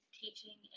teaching